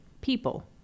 people